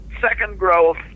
second-growth